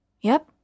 Yep